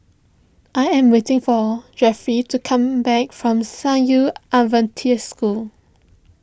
I am waiting for Jeffie to come back from San Yu Adventist School